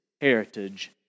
heritage